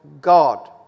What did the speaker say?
God